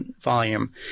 volume